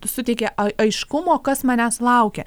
suteikia aiškumo kas manęs laukia